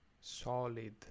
solid